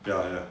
ya ya